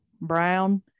brown